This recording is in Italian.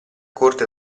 corte